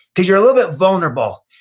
cause you're a little bit vulnerable.